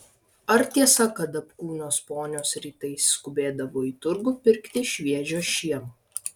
ar tiesa kad apkūnios ponios rytais skubėdavo į turgų pirkti šviežio šieno